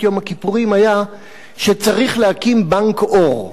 יום הכיפורים היה שצריך להקים בנק עור,